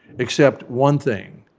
except one thing.